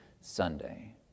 Sunday